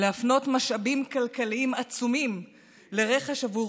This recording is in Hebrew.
להפנות משאבים כלכליים עצומים לרכש עבור